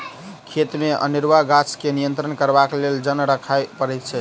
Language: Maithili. खेतमे अनेरूआ गाछ के नियंत्रण करबाक लेल जन राखय पड़ैत छै